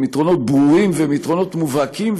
יתרונות ברורים והם יתרונות מובהקים,